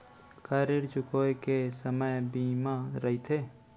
का ऋण चुकोय के समय सीमा रहिथे?